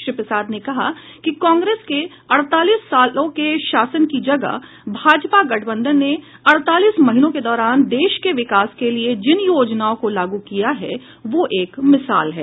श्री प्रसाद ने कहा कि कांग्रेस के अड़तालीस सालों के शासन की जगह भाजपा गठबंधन ने अड़तालीस महीनों के दौरान देश के विकास के लिए जिन योजनाओं को लागू किया है वो एक मिसाल है